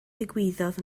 ddigwyddodd